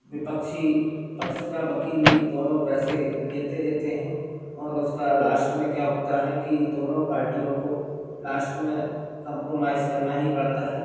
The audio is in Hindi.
विपक्ष पक्ष का वकील भी दोनों पैसे लेते देते हैं और उसका लास्ट में क्या होता है कि दोनों पार्टियों को लास्ट में कम्प्रोमाइज़ करना ही पड़ता है